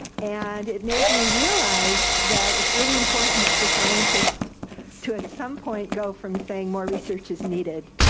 and it made me realize that it's really important for scientists to, at some point, go from saying more research is needed,